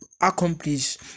accomplish